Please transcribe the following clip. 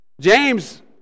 James